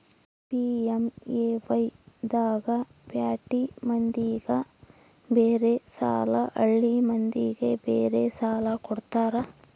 PMAY ದಾಗ ಪ್ಯಾಟಿ ಮಂದಿಗ ಬೇರೆ ಸಾಲ ಹಳ್ಳಿ ಮಂದಿಗೆ ಬೇರೆ ಸಾಲ ಕೊಡ್ತಾರ